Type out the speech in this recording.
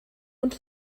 und